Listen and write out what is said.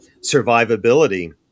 survivability